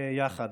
יחד,